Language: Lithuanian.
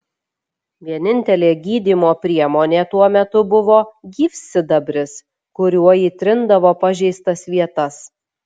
vienintelė gydymo priemonė tuo metu buvo gyvsidabris kuriuo įtrindavo pažeistas vietas